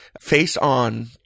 face-on